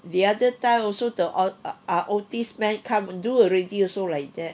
the other time also the O ah OTIS man come do already also like that